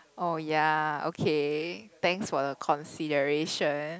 oh ya okay thanks for the consideration